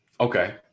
Okay